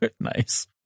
Nice